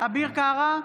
אביר קארה,